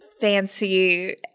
fancy